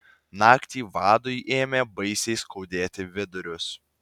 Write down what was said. naktį vadui ėmė baisiai skaudėti vidurius